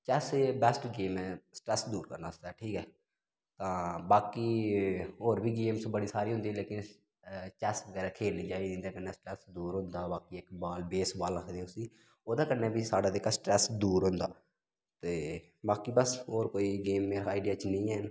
chess best game ऐ stress दूर करने आस्तै ठीक ऐ तां बाकी होर बी गेम्स बड़ी सारी होंदी लेकिन चैस बगैरा खेलनी चाहिदी इं'दे कन्नै स्ट्रैस दूर होंदा बाकी इक बाल बेस बाल आखदे उसी ओह्दे कन्नै बी साढ़ा जेह्का स्ट्रैस दूर होंदा ते बाकी बस होर कोई गेम मेरे आईडिया च नेईं हैन